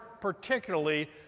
particularly